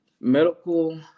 Medical